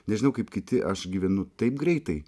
nežinau kaip kiti aš gyvenu taip greitai